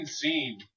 scene